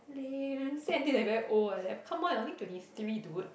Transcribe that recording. lame say until like you very old like that come on you're only twenty three dude